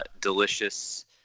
delicious